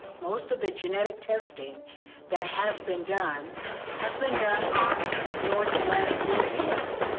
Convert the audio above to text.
most of the genetic testing that has been done has been done on north atlantic europeans.